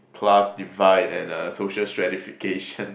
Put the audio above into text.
class divide and uh social stratification